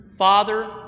Father